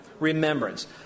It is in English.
Remembrance